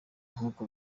nk’uko